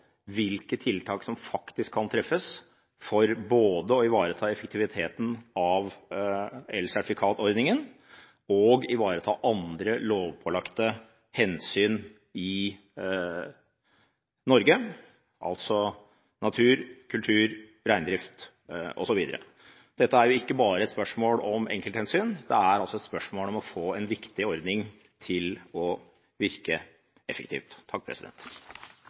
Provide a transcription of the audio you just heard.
hvilke tiltak som faktisk kan treffes for å ivareta både effektiviteten av elsertifikatordningen og andre lovpålagte hensyn i Norge, som natur, kultur, reindrift osv. Dette er ikke bare et spørsmål om enkelthensyn, det er et spørsmål om å få en viktig ordning til å virke effektivt.